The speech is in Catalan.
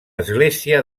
església